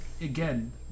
again